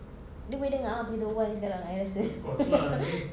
dia boleh dengar apa kita berbual ini sekarang I rasa